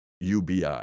UBI